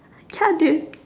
ya dude